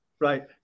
Right